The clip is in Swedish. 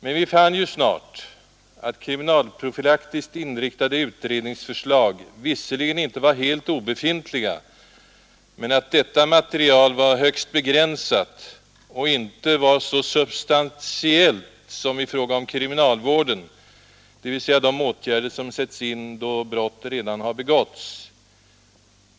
Men vi fann snart att kriminalprofylaktiskt inriktade utredningsförslag visserligen inte var helt obefintliga, men att detta material var högst begränsat och inte var så substantiellt som i fråga om kriminalvården, dvs. de åtgärder som sätts in då brott redan har begåtts.